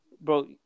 Bro